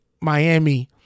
Miami